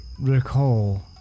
recall